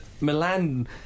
Milan